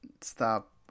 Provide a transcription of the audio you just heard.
stop